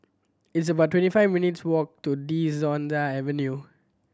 it's about twenty five minutes' walk to De Souza Avenue